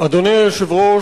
אדוני היושב-ראש,